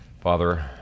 Father